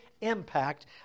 impact